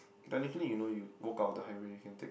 technically you know you walk out of the highway you can take